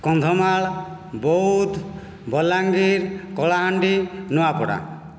Kandhamal Boudh Balangir Kalahandi Nuapada